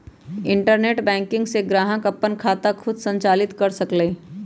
internet banking से ग्राहक अप्पन खाता खुद संचालित कर सकलई ह